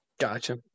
Gotcha